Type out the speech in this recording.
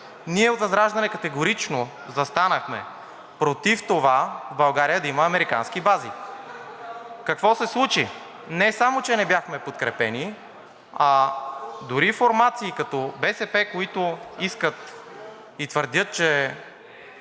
Ние от ВЪЗРАЖДАНЕ категорично застанахме против това в България да има американски бази. Какво се случи? Не само че не бяхме подкрепени, а дори формации, като БСП, които искат и твърдят, че